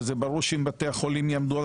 וזה ברור שאם בתי החולים יעמדו על